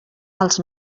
els